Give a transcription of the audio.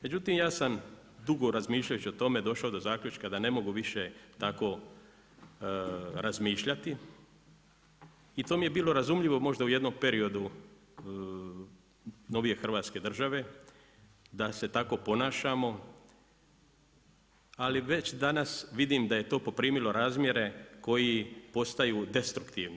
Međutim, ja sam dugo razmišljajući o tome, došao do zaključka da ne mogu više tako razmišljati, i to mi je bilo razumljivo možda u jednom periodu novije Hrvatske države, da se tako ponašamo, ali već danas vidim da je to poprimilo razmjere koji postaju destruktivni.